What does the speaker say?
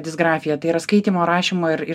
disgrafija tai yra skaitymo rašymo ir ir